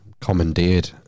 commandeered